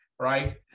right